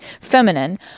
feminine